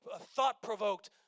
thought-provoked